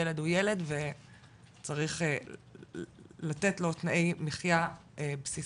ילד הוא ילד וצריך לתת לו תנאי מחייה בסיסיים.